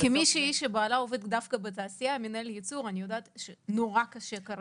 כמישהי שבעלה עובד דווקא בתעשייה כמנהל ייצור אני יודעת שנורא קשה כרגע.